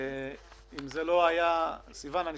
לא